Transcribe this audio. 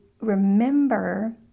remember